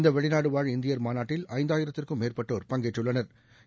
இந்த வெளிநாடுவாழ் இந்தியா் மாநாட்டில் ஐந்து ஆயிரத்துக்கும் மேற்பட்டோா் பங்கேற்றுள்ளனா்